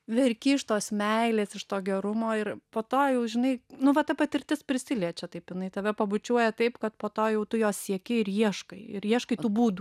verki iš tos meilės iš to gerumo ir po to jau žinai nu va ta patirtis prisiliečia taip jinai tave pabučiuoja taip kad po to jau tu jos sieki ir ieškai ir ieškai tų būdų